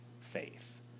faith